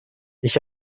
ich